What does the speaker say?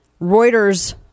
Reuters